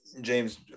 James